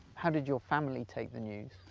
how did your family take the news?